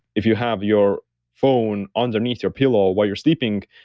if you have your phone underneath your pillow while you're sleeping,